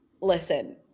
Listen